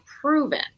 proven